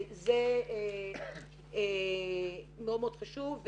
זה מאוד מאוד חשוב.